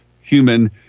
human